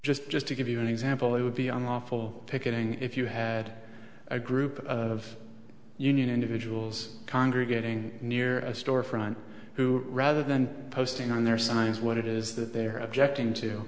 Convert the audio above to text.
just just to give you an example it would be unlawful picketing if you had a group of union individuals congregating near a storefront who rather than posting on their signs what it is that they're objecting to